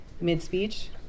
Mid-speech